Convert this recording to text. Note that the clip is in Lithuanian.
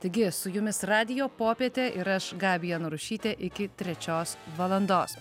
taigi su jumis radijo popietė ir aš gabija narušytė iki trečios valandos